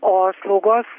o slaugos